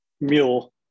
mule